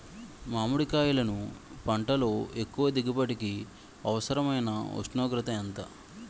మామిడికాయలును పంటలో ఎక్కువ దిగుబడికి అవసరమైన ఉష్ణోగ్రత ఎంత?